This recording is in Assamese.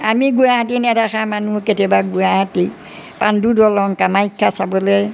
আমি গুৱাহাটী নেদেখা মানুহ কেতিয়াবা গুৱাহাটী পাণ্ডু দলং কামাখ্যা চাবলৈ